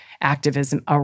activism